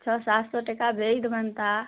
छओ सात सए टका भेज देबनि हिनका